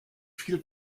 viel